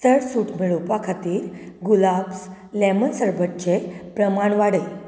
चड सूट मेळोवपा खातीर गुलाब्ज लेमन शरबतचें प्रमाण वाडय